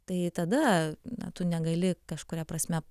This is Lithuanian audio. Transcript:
tai tada na tu negali kažkuria prasme